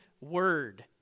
word